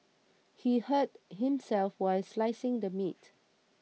he hurt himself while slicing the meat